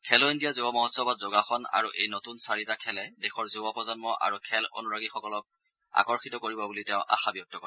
খেলো ইণ্ডিয়া যুৱ মহোৎসৱত যোগাসন আৰু এই নতুন চাৰিটা খেলে দেশৰ যুৱ প্ৰজন্ম আৰু খেল অনুৰাগীসকলক অধিক আকৰ্ষিত কৰিব বুলি তেওঁ বিশ্বাস ব্যক্ত কৰে